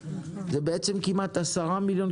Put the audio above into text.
זה ביחד 10 מיליון,